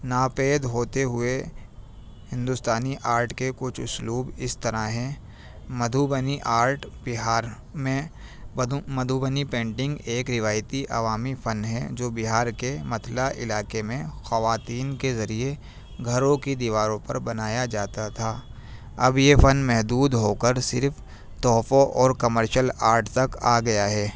ناپید ہوتے ہوئے ہندوستانی آرٹ کے کچھ اسلوب اس طرح ہیں مدھوبنی آرٹ بہار میں مدھوبنی پینٹنگ ایک روایتی عوامی فن ہے جو بہار کے متھلا علاقے میں خواتین کے ذریعے گھروں کی دیواروں پر بنایا جاتا تھا اب یہ فن محدود ہو کر صرف تحفوں اور کمرشل آرٹ تک آ گیا ہے